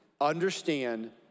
understand